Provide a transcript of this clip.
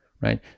right